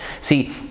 See